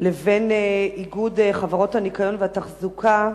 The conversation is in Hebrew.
לבין איגוד חברות הניקיון והתחזוקה.